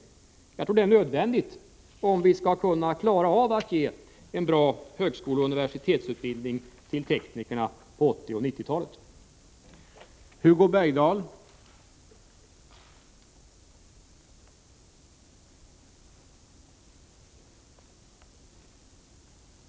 Jag tror att det är nödvändigt om vi skall kunna klara av att ge en bra högskoleoch universitetsutbildning till teknikerna under 1980 och 1990-talen.